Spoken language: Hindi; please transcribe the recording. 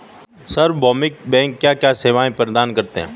सार्वभौमिक बैंक क्या क्या सेवाएं प्रदान करते हैं?